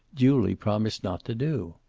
duly promised not to do.